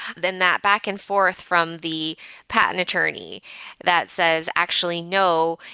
then that back and forth from the patent attorney that says, actually, no.